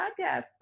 Podcast